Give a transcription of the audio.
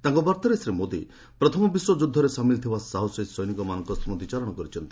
ତାଙ୍କ ବାର୍ତ୍ତାରେ ଶ୍ରୀ ମୋଦି ପ୍ରଥମ ବିଶ୍ୱଯୁଦ୍ଧରେ ସାମିଲ୍ ଥିବା ସାହସୀ ସୈନିକମାନଙ୍କ ସ୍କୁତିଚାରଣ କରିଛନ୍ତି